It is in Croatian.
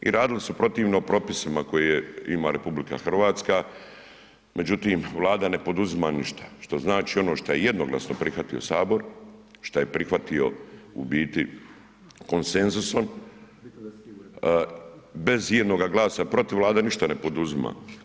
I radili su protivno propisima koje ima RH, međutim Vlada ne poduzima ništa, što znači ono što je jednoglasno prihvatio Sabor, šta je prihvatio u biti konsenzusom bez ijednoga glasa protiv Vlade ništa ne poduzima.